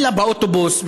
אלא באוטובוס,